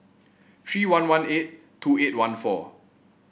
three one one eight two eight one four